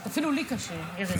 אפילו לי קשה, ארז.